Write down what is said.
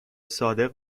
صادق